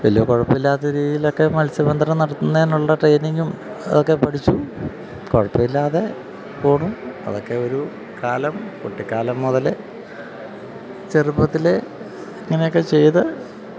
വലിയ കുഴപ്പമില്ലാത്ത രീതിയിലൊക്കെ മത്സ്യബന്ധനം നടത്തുന്നതിനുള്ള ട്രെയിനിങ്ങും അതൊക്കെ പഠിച്ചു കുഴപ്പമില്ലാതെ പോകുന്നു അതൊക്കെ ഒരു കാലം കുട്ടിക്കാലം മുതല് ചെറുപ്പത്തിലെ ഇങ്ങനെയൊക്കെ ചെയ്ത്